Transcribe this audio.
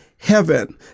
Heaven